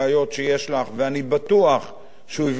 ואני בטוח שהוא יבדוק את הדבר הזה.